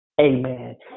Amen